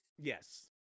yes